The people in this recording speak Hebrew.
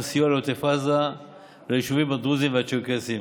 סיוע לעוטף עזה וליישובים הדרוזיים והצ'רקסיים.